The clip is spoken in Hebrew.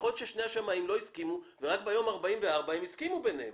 יכול להיות ששני השמאים לא הסכימו ורק ביום ה-44 הם הסכימו ביניהם.